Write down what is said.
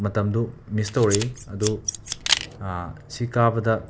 ꯃꯇꯝꯗꯨ ꯃꯤꯁ ꯇꯧꯔꯛꯏ ꯑꯗꯨ ꯁꯤ ꯀꯥꯕꯗ